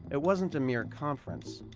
it wasn't a mere conference.